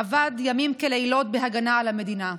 עבד לילות כימים בהגנה על המדינה.